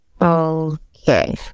okay